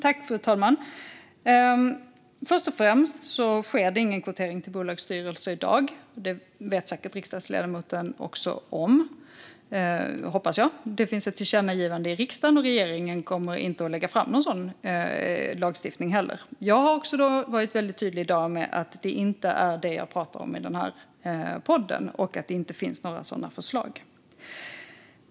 Fru talman! Först och främst sker det ingen kvotering till bolagsstyrelser i dag. Det vet riksdagsledamoten om, hoppas jag. Det finns ett tillkännagivande i riksdagen, och regeringen kommer inte att lägga fram någon sådan lagstiftning. Jag har också varit tydlig här i dag med att det inte är det jag pratar om i den här podden och att det inte finns några sådana förslag.